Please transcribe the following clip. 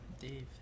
Dave